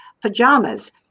pajamas